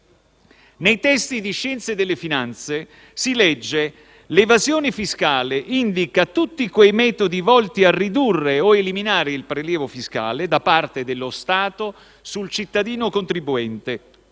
Nei testi di scienza delle finanze si legge che l'evasione fiscale indica tutti quei metodi volti a ridurre o eliminare il prelievo fiscale da parte dello Stato sul cittadino contribuente,